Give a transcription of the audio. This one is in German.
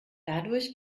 dadurch